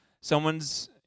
someone's